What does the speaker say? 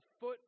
foot